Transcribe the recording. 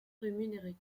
rémunérés